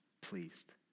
pleased